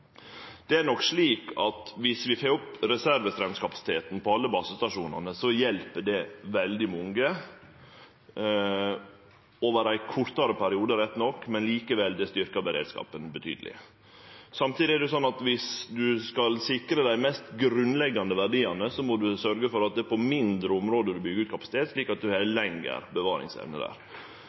Det er nok slik at viss vi får opp reservestraumkapasiteten på alle basestasjonane, så hjelper det veldig mange, rett nok over ein kortare periode, men det styrkjer likevel beredskapen betydeleg. Samtidig er det sånn at viss ein skal sikre dei mest grunnleggjande verdiane, må ein sørgje for at det er på mindre område ein byggjer ut kapasitet, slik at ein har lengre bevaringsevne der.